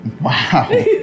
wow